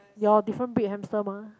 your different breed hamster mah